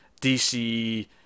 DC